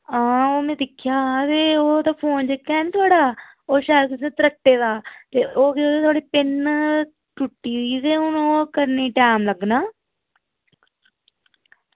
आं ओह् में दिक्खेआ हा ते ओह् फोन ऐ निं जेह्का थुआढ़ा ओह् शैल करियै त्रट्टे दा ते ओह् केह् होआ नुहाड़ी पिन त्रुट्टी दी ते ओह् हून करने गी टैम लग्गना